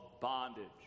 bondage